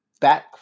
back